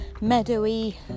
meadowy